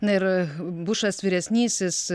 na ir bušas vyresnysis